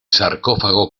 sarcófago